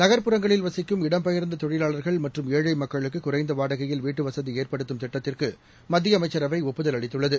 நக்புறங்களில் வசிக்கும் இடம்பெயர்ந்த தொழிலாளர்கள் மற்றும் ஏழைமக்களுக்குகுறைந்தவாடகையில் வீட்டுவசதிஏற்படுத்தும் திட்டத்திற்குமத்தியஅமைச்சரவைஒப்புதல் அளித்துள்ளது